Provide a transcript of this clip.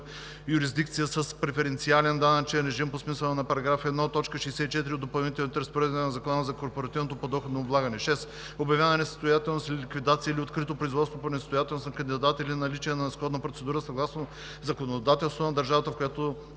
юрисдикция с преференциален данъчен режим по смисъла на § 1, т. 64 от допълнителните разпоредби на Закона за корпоративното подоходно облагане; 6. обявена несъстоятелност или ликвидация, или открито производство по несъстоятелност на кандидата, или наличие на сходна процедура съгласно законодателството на държавата, в която